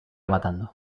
matando